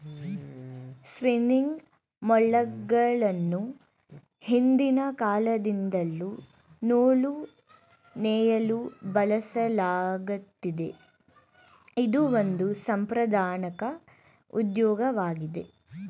spinning ಮೂಲ್ಗಳನ್ನು ಹಿಂದಿನ ಕಾಲದಿಂದಲ್ಲೂ ನೂಲು ನೇಯಲು ಬಳಸಲಾಗತ್ತಿದೆ, ಇದು ಒಂದು ಸಾಂಪ್ರದಾಐಕ ಉದ್ಯೋಗವಾಗಿದೆ